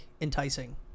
enticing